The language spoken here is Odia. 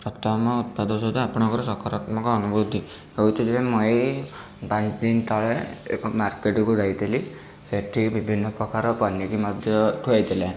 ପ୍ରଥମ ଉତ୍ପାଦ ସହିତ ଆପଣଙ୍କର ସକାରାତ୍ମକ ଅନୁଭୂତି ହଉଛି ଯେ ମୁଁ ଏଇ ପାଞ୍ଚ ଦିନ ତଳେ ଏକ ମାର୍କେଟକୁ ଯାଇଥିଲି ସେଇଠି ବିଭିନ୍ନ ପ୍ରକାର ପନିକି ମଧ୍ୟ ଥୁଆ ହେଇଥିଲା